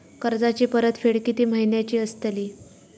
कर्जाची परतफेड कीती महिन्याची असतली?